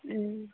ହୁଁ